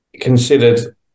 considered